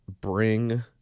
bring